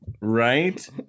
right